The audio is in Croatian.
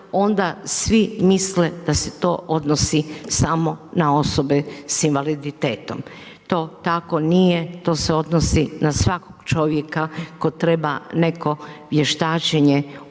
onda svi misle da se to odnosi samo na osobe s invaliditetom, to tako nije, to se odnosi na svakog čovjeka tko treba neko vještačenje u bilo